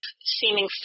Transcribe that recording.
seeming